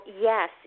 yes